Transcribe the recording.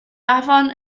afon